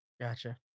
gotcha